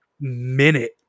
minute